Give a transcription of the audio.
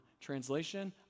Translation